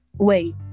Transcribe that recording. wait